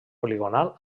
poligonal